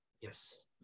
Yes